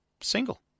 single